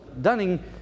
Dunning